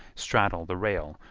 straddle the rail,